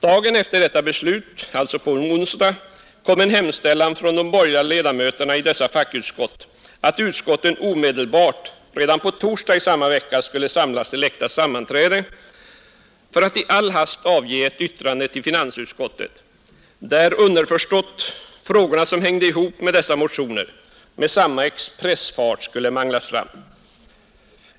Dagen efter detta beslut, alltså på en onsdag, kom så en hemställan från borgerliga ledamöter i dessa fackutskott att utskotten omedelbart, redan på torsdagen samma vecka, skulle samlas till extra sammanträde för att i all hast avge ett yttrande till finansutskottet, där underförstått frågorna som hängde ihop med dessa motioner med samma expressfart skulle manglas fram.